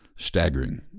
Staggering